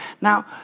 Now